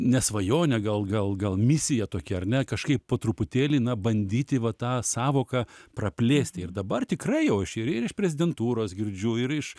ne svajonė gal gal gal misija tokia ar ne kažkaip po truputėlį na bandyti va tą sąvoką praplėsti ir dabar tikrai jau aš ir iš prezidentūros girdžiu ir iš